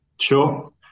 Sure